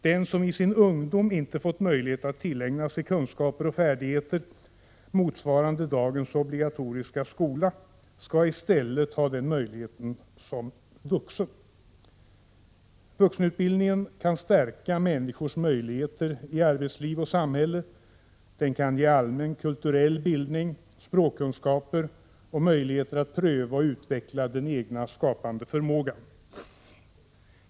Den som i sin ungdom inte har fått möjlighet att tillägna sig kunskaper och färdigheter motsvarande dagens obligatoriska skola skall i stället ha den möjligheten som vuxen. Vuxenutbildningen kan stärka människors möjligheter i arbetsliv och samhälle. Den kan ge allmän kulturell bildning, språkkunskaper och möjligheter att pröva och utveckla den egna skapande förmågan.